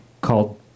called